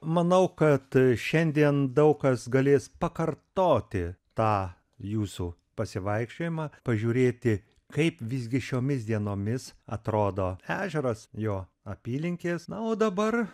manau kad šiandien daug kas galės pakartoti tą jūsų pasivaikščiojimą pažiūrėti kaip visgi šiomis dienomis atrodo ežeras jo apylinkės na o dabar